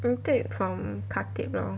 I take from khatib lor